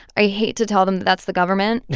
i hate to tell them that that's the government.